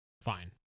Fine